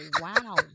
wow